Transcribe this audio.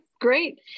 great